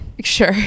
sure